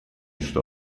что